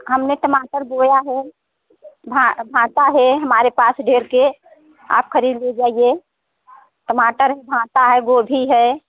हमने टमाटर बोया है हाँ घाटा है हमारे पास ढेर के आप ख़रीद ले जाइए टमाटर है घाटा है गोभी है